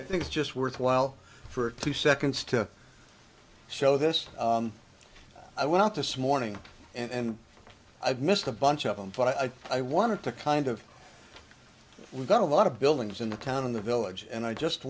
i think just worthwhile for two seconds to show this i went out this morning and i've missed a bunch of them for i i wanted to kind of we've got a lot of buildings in the town in the village and i just